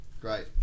Great